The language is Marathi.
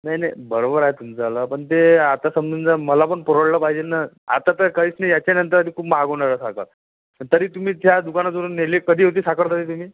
नाही नाही बरोबर आहे तुमचंवालं पण ते आता समजून जा मला पण परवडलं पाहिजे ना आता तर काहीच नाही याच्यानंतर ते खूप महाग होणार आहे साखर अन् तरी तुम्ही त्या दुकानातून नेली कधी होती साखर तरी तुम्ही